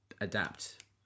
adapt